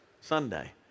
Sunday